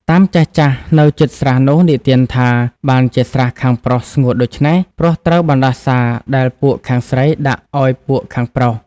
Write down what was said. តាមចាស់ៗ នៅជិតស្រះនោះ និទានថា បានជាស្រះខាងប្រុសស្ងួតដូច្នេះ ព្រោះត្រូវបណ្ដាសា ដែលពួកខាងស្រីដាក់ឲ្យពួកខាងប្រុស ។